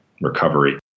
recovery